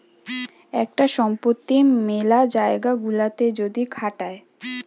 একটা সম্পত্তি মেলা জায়গা গুলাতে যদি খাটায়